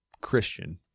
Christian